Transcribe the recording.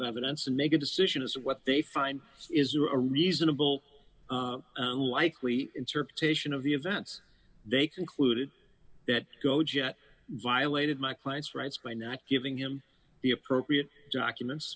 evidence and make a decision is what they find is a reasonable likely interpretation of the events they concluded that go jet violated my client's rights by not giving him the appropriate documents